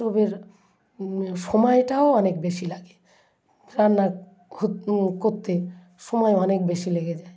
স্টোবের সময়টাও অনেক বেশি লাগে রান্না করতে সময় অনেক বেশি লেগে যায়